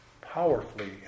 powerfully